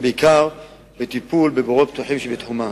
ובעיקר בטיפול בבורות פתוחים שבתחומן.